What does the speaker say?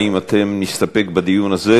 האם נסתפק בדיון הזה,